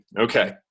okay